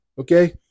Okay